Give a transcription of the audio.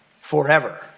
forever